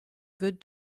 good